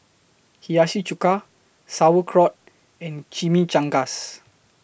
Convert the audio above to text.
Hiyashi Chuka Sauerkraut and Chimichangas